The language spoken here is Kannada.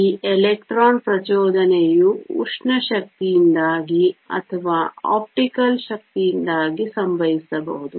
ಈ ಎಲೆಕ್ಟ್ರಾನ್ ಪ್ರಚೋದನೆಯು ಉಷ್ಣ ಶಕ್ತಿಯಿಂದಾಗಿ ಅಥವಾ ಆಪ್ಟಿಕಲ್ ಶಕ್ತಿಯಿಂದಾಗಿ ಸಂಭವಿಸಬಹುದು